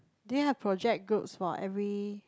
do you have project groups for every